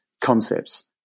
concepts